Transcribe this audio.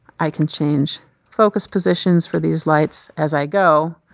i can change focus positions for these lights as i go.